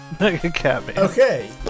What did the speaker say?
Okay